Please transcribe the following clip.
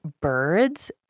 birds